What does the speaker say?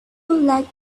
like